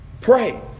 pray